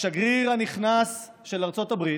השגריר הנכנס של ארצות הברית,